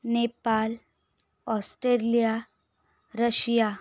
Nepal Australia Russia